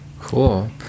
Cool